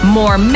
more